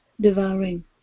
devouring